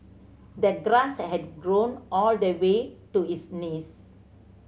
the grass had grown all the way to his knees